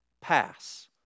pass